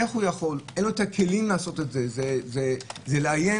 הוא לא יכול לעסוק את זה, זה לאיים